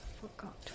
forgot